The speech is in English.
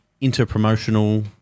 inter-promotional